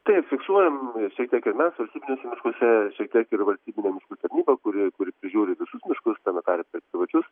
taip fiksuojam šiek tiek ir mes valstybiniuose miškuose šiek tiek ir valstybinė miškų tarnyba kuri kuri prižiūri visus miškus tame tarpe ir privačius